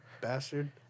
bastard